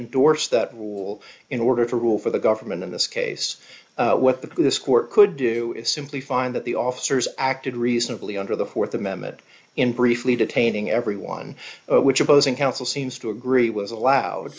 endorse that rule in order to rule for the government in this case what the this court could do is simply find that the officers acted reasonably under the th amendment in briefly detaining everyone which opposing counsel seems to agree was allowed